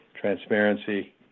transparency